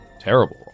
terrible